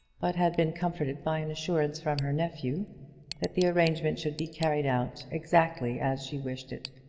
but had been comforted by an assurance from her nephew that the arrangement should be carried out exactly as she wished it,